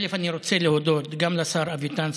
אני רוצה להודות גם לשר אביטן,